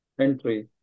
entry